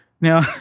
Now